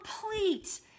complete